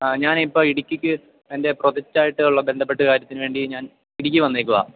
ആ ഞാനിപ്പം ഇടുക്കിക്ക് എൻ്റെ പ്രോജക്ട് ആയിട്ടുള്ള ബന്ധപ്പെട്ട കാര്യത്തിന് വേണ്ടി ഞാൻ ഇടുക്കിക്ക് വന്നേക്കുകയാണ്